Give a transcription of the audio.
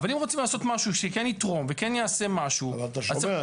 אבל אם רוצים לעשות משהו שכן יתרום וכן יעשה משהו --- אבל אתה שומע,